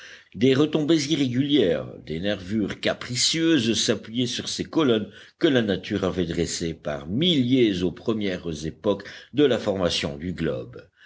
des retombées irrégulières des nervures capricieuses s'appuyaient sur ces colonnes que la nature avait dressées par milliers aux premières époques de la formation du globe